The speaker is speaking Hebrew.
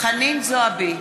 חנין זועבי,